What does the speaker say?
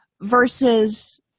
versus